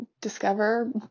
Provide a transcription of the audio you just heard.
discover